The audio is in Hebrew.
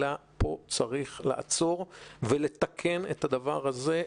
אלא פה צריך לעצור ולתקן את הדבר הזה.